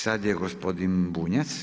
Sada je gospodin Bunjac.